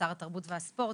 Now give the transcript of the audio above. שר התרבות והספורט.